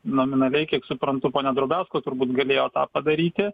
nominaliai kiek suprantu ponia drobiazko turbūt galėjo tą padaryti